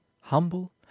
humble